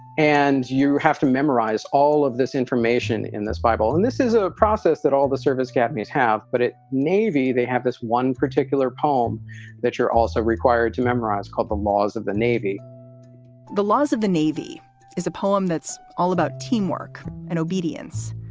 and you have to memorize all of this information in this bible and this is a process that all the service academies have, but it navy, they have this one particular poem that you're also required to memorize called the laws of the navy the laws of the navy is a poem that's all about teamwork and obedience.